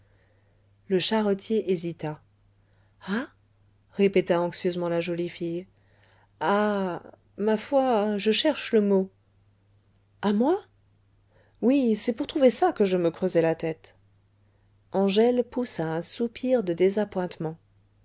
le charretier hésita a répéta anxieusement la jolie fille a ma foi je cherche le mot a moi oui c'est pour trouver ça que je me creusais la tête angèle poussa un soupir de